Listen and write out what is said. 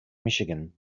michigan